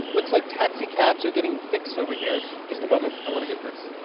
looks like taxicabs are getting fixed over here just a moment. i want to get this